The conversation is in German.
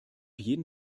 jeden